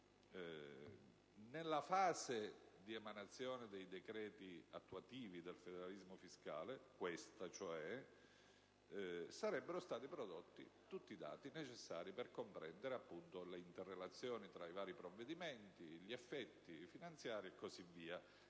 nella fase di emanazione dei decreti attuativi del federalismo fiscale, vale a dire quella in cui ci troviamo ora, sarebbero stati prodotti tutti i dati necessari per comprendere le interrelazioni tra i vari provvedimenti, gli effetti finanziari e